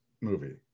movie